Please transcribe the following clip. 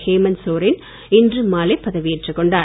ஹேமந்த் சோரன் இன்று மாலை பதவி ஏற்றுக் கொண்டார்